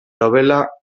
novela